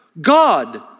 God